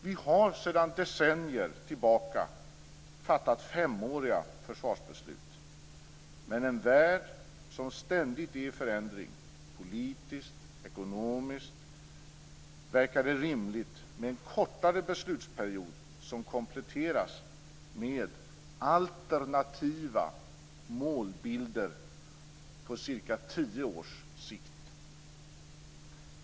Vi har sedan decennier tillbaka fattat femåriga försvarsbeslut, men i en värld som ständigt är i förändring politiskt och ekonomiskt verkar det rimligt med en kortare beslutsperiod, som kompletteras med alternativa målbilder på cirka tio års sikt.